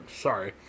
Sorry